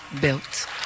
built